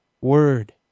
word